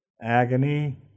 agony